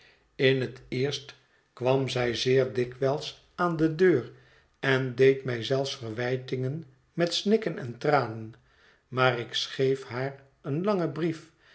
in het eerst kwam zij zeer dikwijls aan de deur en deed mij zelfs verwijtingen met snikken en tranen maar ik schreef haar een langen brief